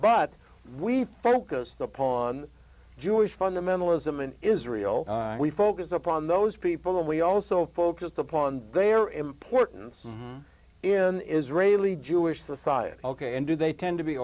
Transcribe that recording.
but we've focused upon jewish fundamentalism in israel we focus upon those people and we also focus upon their importance in israeli jewish society ok and do they tend to be